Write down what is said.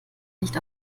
nicht